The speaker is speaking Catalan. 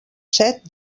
set